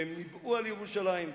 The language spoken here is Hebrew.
והם ניבאו על ירושלים.